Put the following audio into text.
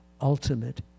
ultimate